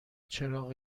چراغ